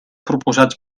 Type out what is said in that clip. proposats